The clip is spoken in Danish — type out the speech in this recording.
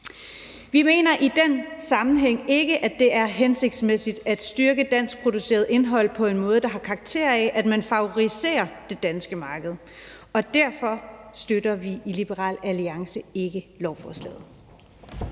Vi mener i den sammenhæng ikke, at det er hensigtsmæssigt at styrke danskproduceret indhold på en måde, der har karakter af, at man favoriserer det danske marked. Derfor støtter vi i Liberal Alliance ikke lovforslaget.